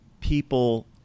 people